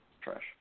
Trash